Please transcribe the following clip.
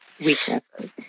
weaknesses